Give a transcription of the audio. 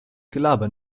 gelaber